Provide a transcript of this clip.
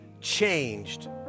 changed